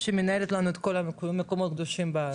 שמנהלת לנו את כל המקומות הקדושים בארץ.